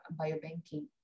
biobanking